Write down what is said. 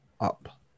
up